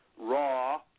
raw